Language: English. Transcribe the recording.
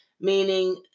meaning